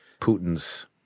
Putin's